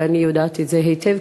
ואני יודעת את זה היטב,